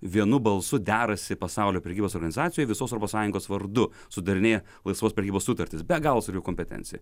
vienu balsu derasi pasaulio prekybos organizacijoje visos europos sąjungos vardu sudarinėja laisvos prekybos sutartis be galo svarbi kompetencija